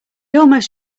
almost